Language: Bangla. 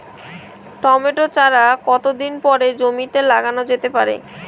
টমেটো চারা কতো দিন পরে জমিতে লাগানো যেতে পারে?